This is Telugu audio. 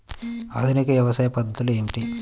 ఆధునిక వ్యవసాయ పద్ధతులు ఏమిటి?